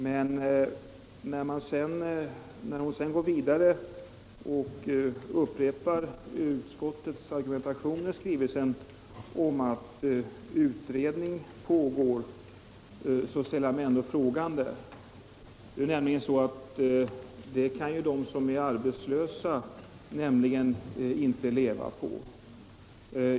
Men när hon går vidare och upprepar utskottets hänvisning i betänkandet till att utredning pågår ställer jag mig ändå frågande. Det ger nämligen inte de arbetslösa mer att leva på.